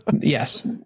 yes